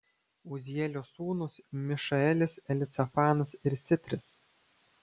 uzielio sūnūs mišaelis elicafanas ir sitris